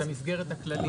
את המסגרת הכללית.